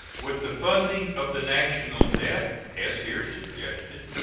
with the funding of the national debt, as here suggested,